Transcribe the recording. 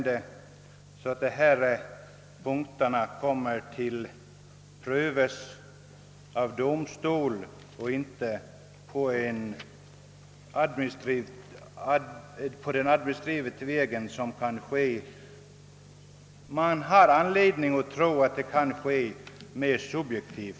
Dessa ärenden bör prövas av domstol och inte på administrativ väg — i det senare fallet kan behandlingen bli mera subjektiv.